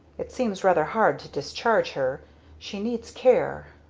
it seems rather hard to discharge her she needs care.